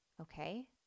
Okay